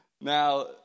Now